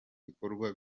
bikorwa